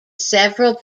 several